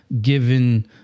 given